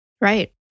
Right